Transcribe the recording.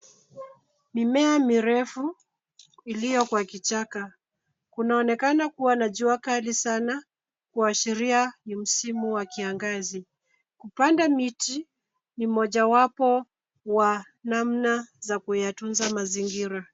Mimea mirefu iliyo kwa kichaka. Kunaonekana kuwa na jua kali sana kuashiria ni msimu wa kiangazi kupanda miti ni moja wapo wa namna za kuyatunza mazingira.